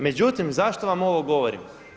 Međutim, zašto vam ovo govorim?